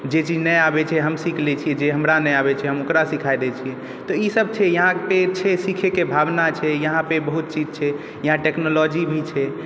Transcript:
जे चीज नहि आबै छै हम सीखि लै छिए जे हमरा नहि आबै छै हम ओकरा सिखा दै छिए तऽ ई सब छै यहाँके सिखैके भावना छै यहाँपर बहुत चीज छै यहाँ टेक्नोलॉजी भी छै